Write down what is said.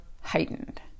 heightened